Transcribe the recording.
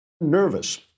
nervous